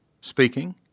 speaking